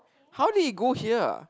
how did it go here